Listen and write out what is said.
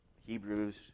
Hebrews